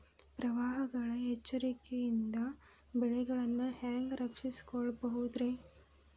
ಪ್ರವಾಹಗಳ ಎಚ್ಚರಿಕೆಯಿಂದ ಬೆಳೆಗಳನ್ನ ಹ್ಯಾಂಗ ರಕ್ಷಿಸಿಕೊಳ್ಳಬಹುದುರೇ?